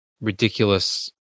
ridiculous